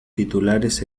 titulares